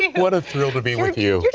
what a thrill to be with you.